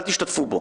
אל תשתתפו בו.